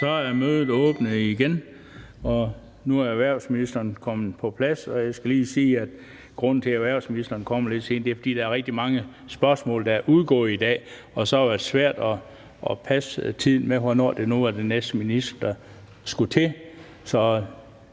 Så er mødet genoptaget, nu hvor erhvervsministeren er kommet på plads. Og jeg skal lige sige, at grunden til, at erhvervsministeren kommer lidt sent, er, at der er rigtig mange spørgsmål, der er udgået i dag, og så er det svært at passe tiden, i forhold til hvornår det nu er, den næste minister skal til.